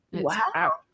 wow